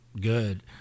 good